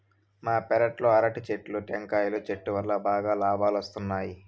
మా పెరట్లో అరటి చెట్లు, టెంకాయల చెట్టు వల్లా బాగా లాబాలొస్తున్నాయి